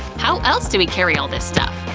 how else do we carry all this stuff?